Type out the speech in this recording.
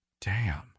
Damn